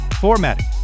formatting